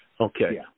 Okay